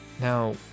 now